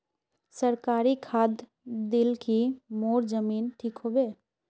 सरकारी खाद दिल की मोर जमीन ठीक होबे?